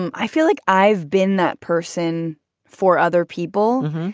and i feel like i've been that person for other people.